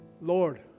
Lord